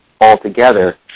altogether